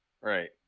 Right